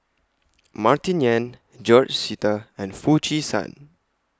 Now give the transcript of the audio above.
Martin Yan George Sita and Foo Chee San